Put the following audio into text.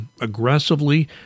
aggressively